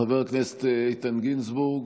חבר הכנסת איתן גינזבורג,